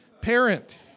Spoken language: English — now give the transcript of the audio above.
parent